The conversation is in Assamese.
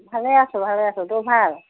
ভালেই আছোঁ ভালেই আছোঁ তোৰ ভাল